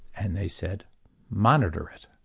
and they said monitor it.